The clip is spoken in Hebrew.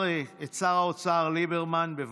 שר האוצר ליברמן, בבקשה.